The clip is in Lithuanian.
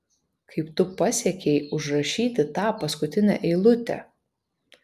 kaip tu pasiekei užrašyti tą paskutinę eilutę